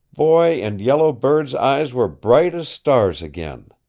boy and yellow bird's eyes were bright as stars again.